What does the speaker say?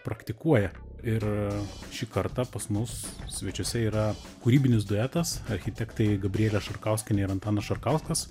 praktikuoja ir šį kartą pas mus svečiuose yra kūrybinis duetas architektai gabrielė šarkauskienė ir antanas šarkauskas